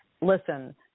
Listen